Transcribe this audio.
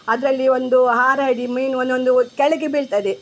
ಅದರಲ್ಲಿ ಒಂದು ಹಾರಾಡಿ ಮೀನು ಒಂದೊಂದು ಕೆಳಗೆ ಬೀಳ್ತದೆ